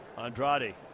Andrade